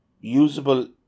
usable